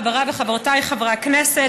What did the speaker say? חבריי וחברותיי חברי הכנסת,